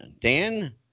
Dan